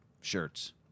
shirts